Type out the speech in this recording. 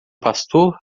pastor